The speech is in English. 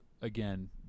again